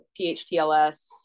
PHTLS